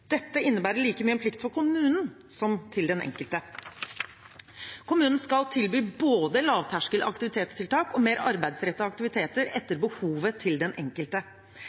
Dette innebærer like mye en plikt for kommunen som for den enkelte. Kommunen skal tilby både et lavterskel aktivitetstiltak og mer arbeidsrettede aktiviteter etter behovet til den enkelte.